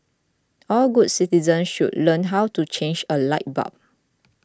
all good citizens should learn how to change a light bulb